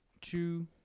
two